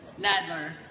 Nadler